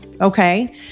okay